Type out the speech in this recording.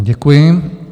Děkuji.